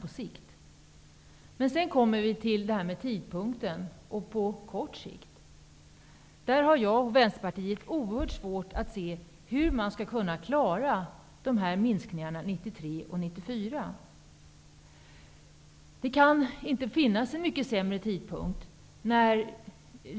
Vi kommer sedan till tidpunkten för detta och hur man skall lösa problemet på kort sikt. Vänsterpartiet har oerhört svårt att se hur man skall kunna klara av föreslagna minskningar för 1993 och 1994. Tidpunkten kan inte vara mycket sämre vald.